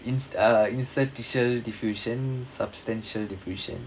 insti~ err institution diffusion substantial diffusion